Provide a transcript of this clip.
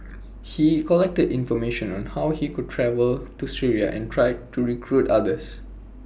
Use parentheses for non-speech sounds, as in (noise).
(noise) he collected information on how he could travel to Syria and tried to recruit others